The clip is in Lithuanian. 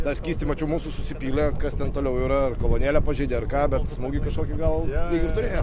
tą skystį mačiau mūsų susipylė kas ten toliau yra ar kolonėlę pažeidė ar ką bet smūgį kažkokį gal lyg ir turėjo